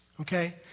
Okay